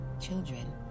children